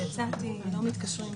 מתנצל.